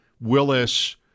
Willis